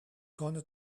gonna